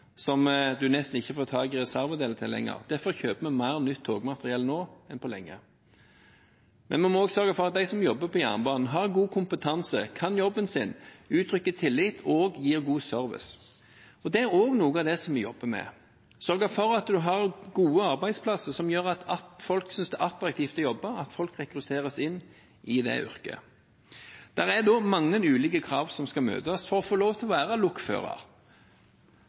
som en nesten ikke får tak i reservedeler til lenger. Derfor kjøper vi mer nytt togmateriell nå enn på lenge. Men vi må også sørge for at de som jobber på jernbanen, har god kompetanse, kan jobben sin, inngir tillit og gir god service. Det er også noe av det som vi jobber med, sørger for at en har gode arbeidsplasser som gjør at folk synes det er attraktivt å jobbe, at folk rekrutteres inn i det yrket. Det er dog mange ulike krav som skal møtes for å få lov til å være lokfører